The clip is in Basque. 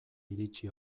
iritsi